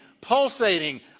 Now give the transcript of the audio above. pulsating